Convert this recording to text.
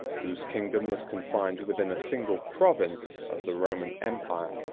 whose kingdom was confined within a single province of the roman empire.